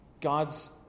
God's